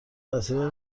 وسیله